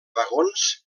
vagons